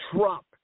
Trump